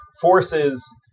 forces